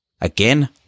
Again